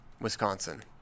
Wisconsin